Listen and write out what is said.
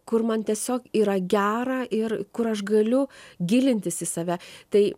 kur man tiesiog yra gera ir kur aš galiu gilintis į save tai